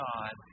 God